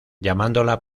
llamándola